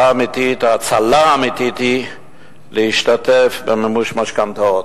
ההצלה האמיתית היא להשתתף במימוש משכנתאות.